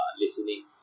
listening